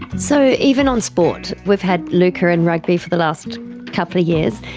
so, even on sport, we've had luca in rugby for the last couple of years.